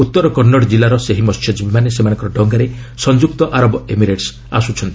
ଉତ୍ତର କନ୍ନଡ ଜିଲ୍ଲାର ଏହି ମସ୍ୟଜୀବୀମାନେ ସେମାନଙ୍କର ଡଙ୍ଗାରେ ସଂଯୁକ୍ତ ଆରବ ଏମିରେଟସ୍ ଆସୁଛନ୍ତି